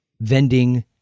vending